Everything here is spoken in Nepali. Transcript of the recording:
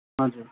हजुर